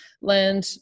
land